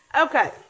Okay